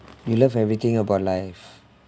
you love everything about life